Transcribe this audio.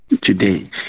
today